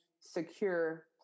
secure